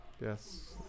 Yes